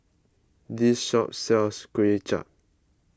this shop sells Kuay Chap